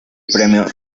premio